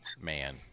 Man